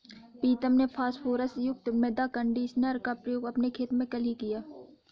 प्रीतम ने फास्फोरस युक्त मृदा कंडीशनर का प्रयोग अपने खेत में कल ही किया